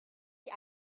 die